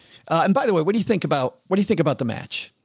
and by the way, what do you think about, what do you think about the match?